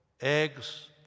eggs